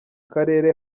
karere